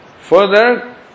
further